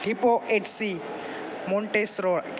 hippo eighty C montero